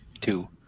two